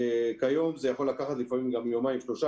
כיום זה יכול לקחת לפעמים גם יומיים-שלושה.